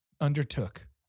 Undertook